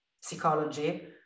psychology